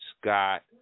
Scott